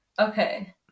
okay